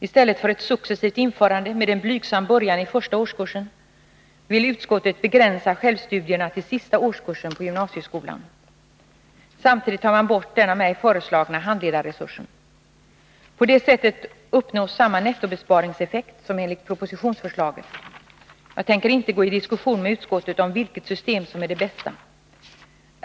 I stället för ett successivt införande, med en blygsam början i första årskursen på gymnasieskolan, vill utskottet begränsa självstudierna till den sista årskursen. Samtidigt tar man bort den av mig föreslagna handledarresursen. På det sättet uppnås samma nettobesparingseffekt som enligt propositionsförslaget. Jag tänker inte gå i debatt med utskottet om vilket system som är det bästa.